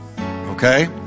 Okay